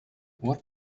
what